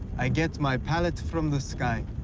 i get my palette from the sky.